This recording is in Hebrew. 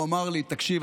הוא אמר לי: תקשיב,